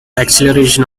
acceleration